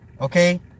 Okay